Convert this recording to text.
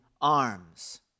arms